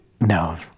No